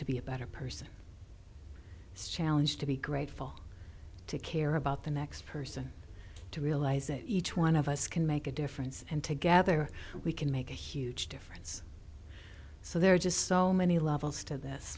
to be a better person this challenge to be grateful to care about the next person to realize it each one of us can make a difference and together we can make a huge difference so there are just so many levels to this